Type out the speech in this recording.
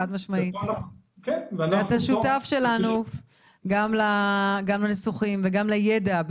חד-משמעית, ואתה שותף שלנו גם לניסוחים וגם לידע.